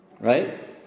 Right